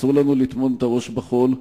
אסור לנו לטמון את הראש בחול,